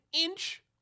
inch